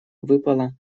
выпала